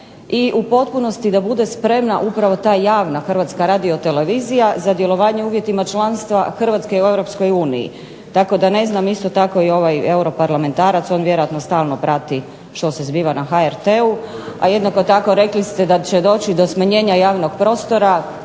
i u potpunosti da bude spremna upravo ta javna Hrvatska radiotelevizija za djelovanje u uvjetima članstva Hrvatske u EU. Tako da ne znam isto tako i ovaj europarlamentarac on vjerojatno stalno prati što se zbiva na HRT-u. A jednako tako rekli ste da će doći do smanjenja javnog prostora